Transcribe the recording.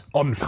on